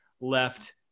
left